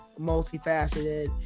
multifaceted